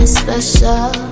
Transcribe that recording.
special